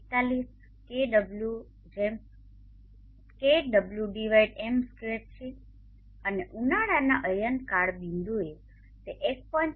41 kWm2 છે અને ઉનાળાના અયનકાળ બિંદુએ તે 1